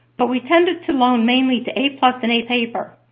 but we tended to loan mainly to a and a paper.